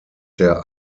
der